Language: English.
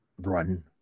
run